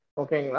okay